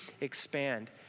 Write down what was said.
expand